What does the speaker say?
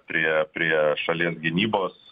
priėjo prie šalies gynybos